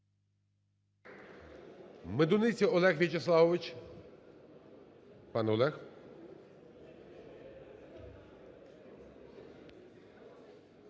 Медуниця Олег В'ячеславович. Пане Олег.